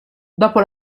dopo